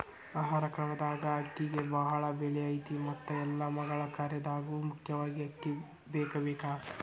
ಆಹಾರ ಕ್ರಮದಾಗ ಅಕ್ಕಿಗೆ ಬಾಳ ಬೆಲೆ ಐತಿ ಮತ್ತ ಎಲ್ಲಾ ಮಗಳ ಕಾರ್ಯದಾಗು ಮುಖ್ಯವಾಗಿ ಅಕ್ಕಿ ಬೇಕಬೇಕ